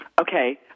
okay